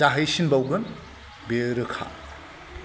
जाहैसिनबावगोन बेयो रोखा